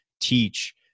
teach